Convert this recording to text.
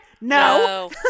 No